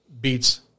beats